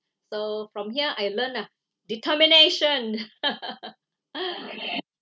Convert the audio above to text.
so from here I learnt nah determination